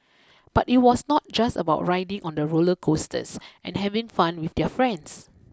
but it was not just about riding on the roller coasters and having fun with their friends